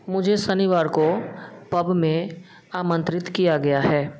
मुझे शनिवार को पब में आमंत्रित किया गया है